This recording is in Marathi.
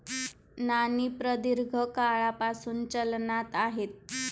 नाणी प्रदीर्घ काळापासून चलनात आहेत